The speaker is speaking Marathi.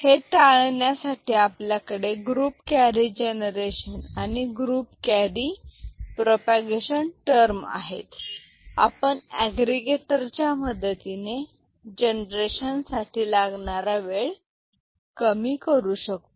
हे टाळण्यासाठी आपल्याकडे ग्रुप कॅरी जनरेशन आणि ग्रुप कॅरी प्रोपागेशन टर्म आहेत आपण एग्रीगेटरच्या मदतीने जनरेशन साठी लागणारा वेळ कमी करू शकतो